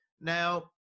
Now